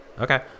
Okay